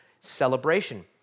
celebration